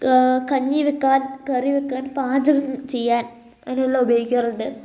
ക കഞ്ഞിവെക്കാൻ കറി വെക്കാൻ പാചകം ചെയ്യാൻ അങ്ങനെയെല്ലാം ഉപയോഗിക്കാറുണ്ട്